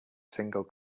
single